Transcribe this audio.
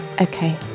okay